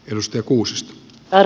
arvoisa puhemies